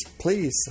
please